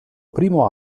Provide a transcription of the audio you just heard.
primo